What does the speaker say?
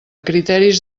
criteris